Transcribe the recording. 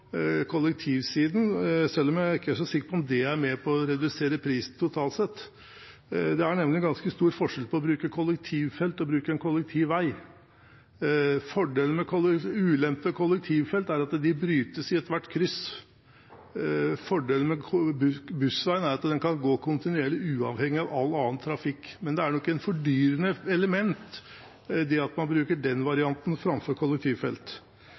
kollektivsiden, selv om jeg ikke er så sikker på om det er med på å redusere prisen totalt sett. Det er nemlig ganske stor forskjell på å bruke kollektivfelt og å bruke en kollektivvei. Ulempen med kollektivfelt er at de brytes i ethvert kryss. Fordelen med bussveien er at den kan gå kontinuerlig, uavhengig av all annen trafikk. Men det er nok et fordyrende element å bruke den varianten framfor kollektivfelt.